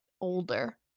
older